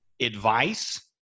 advice